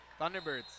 Thunderbirds